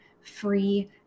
free